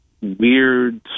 weird